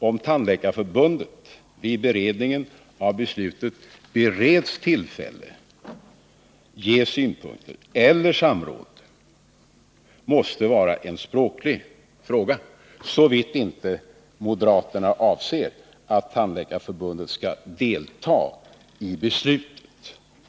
Om Tandläkarförbundet vid beredning av beslutet ”bereds tillfälle att ge synpunkter” eller får ”deltaga i samråd” måste vara en språklig fråga — såvitt inte moderaterna avser att Tandläkarförbundet skall delta i beslutet.